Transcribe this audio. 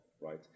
right